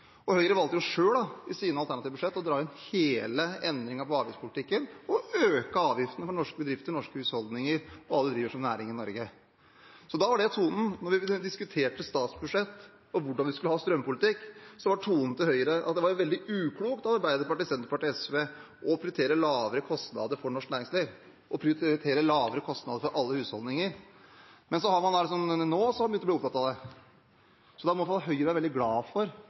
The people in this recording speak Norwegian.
Høyre valgte selv i sine alternative budsjett å dra inn hele endringen i avgiftspolitikken og øke avgiftene for norske bedrifter, norske husholdninger og alle som driver næring i Norge. Da var det tonen. Da vi diskuterte statsbudsjett og hvordan vi skulle ha strømpolitikken, var tonen til Høyre at det var veldig uklokt av Arbeiderpartiet, Senterpartiet og SV å prioritere lavere kostnader for norsk næringsliv og alle husholdninger. Men nå har man altså begynt å bli opptatt av det. Da må i hvert fall Høyre være veldig glad for